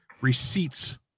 Receipts